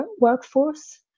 workforce